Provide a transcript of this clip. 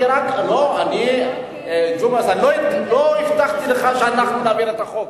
ג'ומס, לא הבטחתי לך שאנחנו נעביר את החוק.